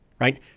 right